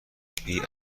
کپی